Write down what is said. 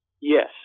Yes